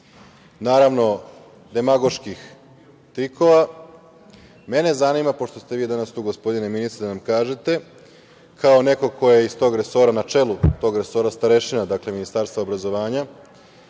naravno demagoških trikova, mene zanima, pošto ste vi danas tu, gospodine ministre, da nam kažete, kao neko ko je iz tog resora, na čelu tog resora, starešina Ministarstva obrazovanja